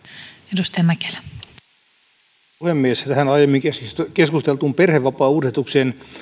arvoisa puhemies tähän aiemmin keskusteltuun perhevapaauudistukseen